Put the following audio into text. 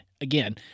again